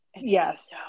Yes